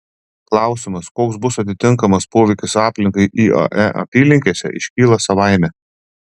klausimas koks bus atitinkamas poveikis aplinkai iae apylinkėse iškyla savaime